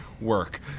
work